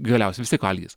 galiausiai vis tiek valgys